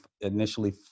initially